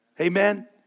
Amen